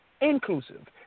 inclusive